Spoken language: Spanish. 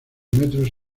metros